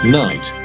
night